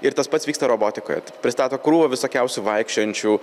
ir tas pats vyksta robotikoje pristato krūvą visokiausių vaikščiojančių